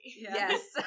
Yes